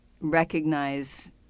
recognize